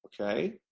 okay